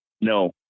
No